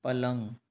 पलंग